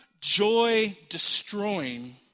joy-destroying